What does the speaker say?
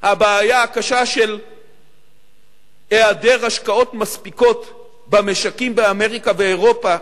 הבעיה הקשה של היעדר השקעות מספיקות במשקים באמריקה ובאירופה,